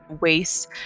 waste